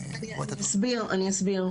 אני אסביר.